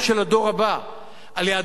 על יהדות הגולה שרואה בנו,